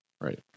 right